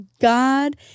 God